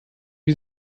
wie